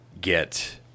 get